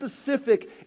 specific